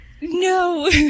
No